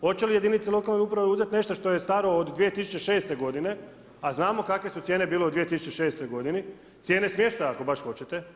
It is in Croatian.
Hoće li jedinice lokalne uprave uzeti nešto što je staro od 2006. godine a znamo kakve su cijene bile u 2006. godini, cijene smještaja ako baš hoćete.